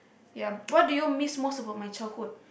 ya what do you miss most about my childhood